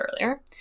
earlier